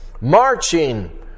Marching